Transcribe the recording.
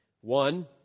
One